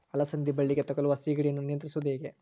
ಅಲಸಂದಿ ಬಳ್ಳಿಗೆ ತಗುಲುವ ಸೇಗಡಿ ಯನ್ನು ನಿಯಂತ್ರಿಸುವುದು ಹೇಗೆ?